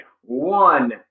One